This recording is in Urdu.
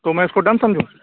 تو میں اِس کو ڈن سمجھوں